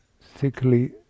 thickly